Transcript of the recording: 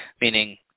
meaning